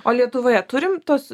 o lietuvoje turim tuos